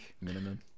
Minimum